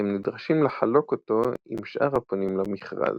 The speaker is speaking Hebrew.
והם נדרשים לחלוק אותו עם שאר הפונים למכרז,